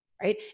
right